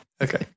Okay